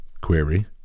query